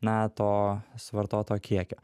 na to suvartoto kiekio